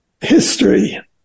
history